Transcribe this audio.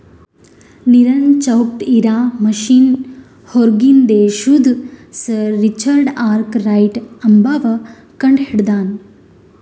ನೀರನ್ ಚೌಕ್ಟ್ ಇರಾ ಮಷಿನ್ ಹೂರ್ಗಿನ್ ದೇಶದು ಸರ್ ರಿಚರ್ಡ್ ಆರ್ಕ್ ರೈಟ್ ಅಂಬವ್ವ ಕಂಡಹಿಡದಾನ್